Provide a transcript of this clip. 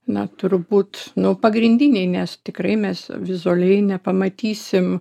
na turbūt nu pagrindiniai nes tikrai mes vizualiai nepamatysim